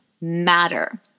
matter